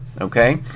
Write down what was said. Okay